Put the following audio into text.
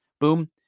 Boom